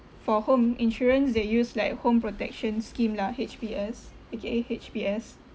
for home insurance they use like home protection scheme lah H_B_S A_K_A H_B_S